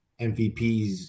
MVPs